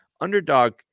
Underdog